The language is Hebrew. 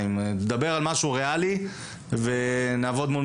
דבר על משהו ריאלי ונעבוד על משהו ריאלי